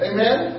Amen